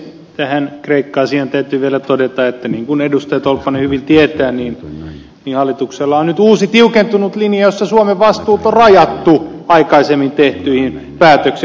tähän kreikka asiaan täytyy vielä todeta että niin kuin edustaja tolppanen hyvin tietää hallituksella on nyt uusi tiukentunut linja jossa suomen vastuut on rajattu aikaisemmin tehtyihin päätöksiin